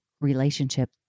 relationship